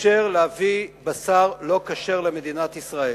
אפשר להביא בשר לא כשר למדינת ישראל.